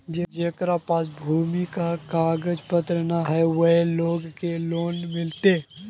जेकरा पास भूमि का कागज पत्र न है वो लोग के लोन मिलते?